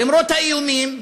למרות האיומים,